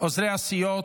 עוזרי הסיעות,